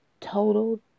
total